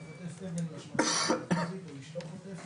הוא חוטף אבן או אשתו חוטפת,